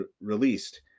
released